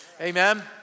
amen